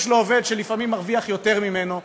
יש לו עובד שלפעמים מרוויח יותר ממנו,